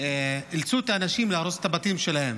אילצו את האנשים להרוס את הבתים שלהם,